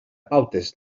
pautes